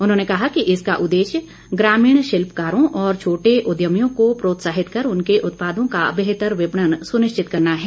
उन्होंने कहा कि इसका उद्देश्य ग्रामीण शिल्पकारों और छोटे उद्यमियों को प्रोत्साहित कर उनके उत्पादों का बेहतर विपणन सुनिश्चित करना है